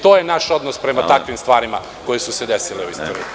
To je naš odnos prema takvim stvarima koje su se desile u istoriji.